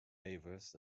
waivers